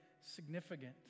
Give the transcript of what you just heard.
significant